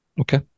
Okay